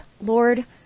Lord